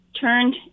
turned